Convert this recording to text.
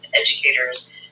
educators